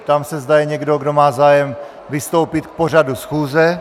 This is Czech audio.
Ptám se, zda je někdo, kdo má zájem vystoupit k pořadu schůze.